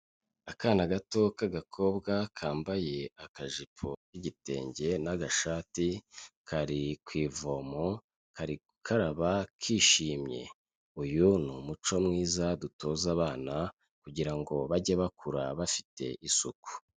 Akana gato k'agakobwa kambaye akajipo k'igitenge n'agashati kari ku ivomo, kari gukaraba kishimye uyu ni umuco mwiza dutoza abana, kugira ngo bajye bakura bafite isuku.